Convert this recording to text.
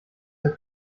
der